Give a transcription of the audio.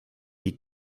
die